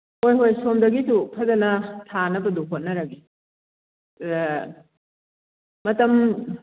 ꯍꯣꯏ ꯍꯣꯏ ꯁꯣꯝꯗꯒꯤꯁꯨ ꯐꯖꯅ ꯊꯥꯅꯅꯕꯗꯨ ꯍꯣꯠꯅꯔꯒꯦ ꯃꯇꯝ